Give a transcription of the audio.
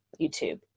YouTube